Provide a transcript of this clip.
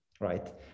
right